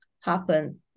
happen